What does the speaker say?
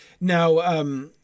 Now